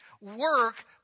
work